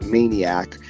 Maniac